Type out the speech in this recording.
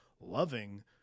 loving